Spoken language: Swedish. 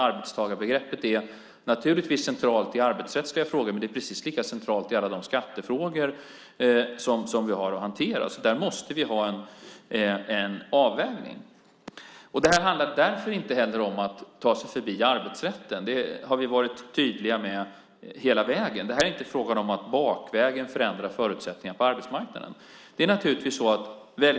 Arbetstagarbegreppet är naturligtvis centralt i arbetsrättsliga frågor, men det är precis lika centralt i alla de skattefrågor som vi har att hantera. Där måste vi ha en avvägning. Det handlar därför inte heller om att ta sig förbi arbetsrätten. Det har vi varit tydliga med hela vägen. Det är inte fråga om att bakvägen förändra förutsättningar på arbetsmarknaden.